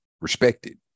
respected